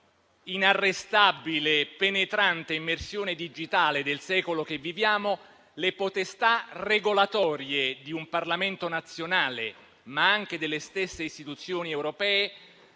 inarrestabile e penetrante emersione digitale del secolo che viviamo, le potestà regolatorie di un Parlamento nazionale, ma anche delle stesse istituzioni europee,